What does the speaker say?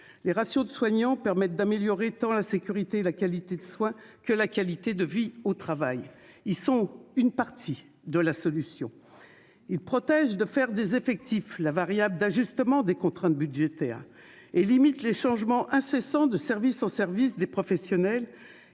Les ratios de soignants permettent d'améliorer tant la sécurité et la qualité des soins que la qualité de vie au travail. Ils sont une partie de la solution. Ils empêchent de faire des effectifs la variable d'ajustement des contraintes budgétaires et limitent les changements incessants d'affectation des professionnels